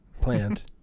plant